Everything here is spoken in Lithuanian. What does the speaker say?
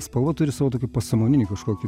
spalva turi savo pasąmoninį kažkokį